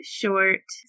short